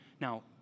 Now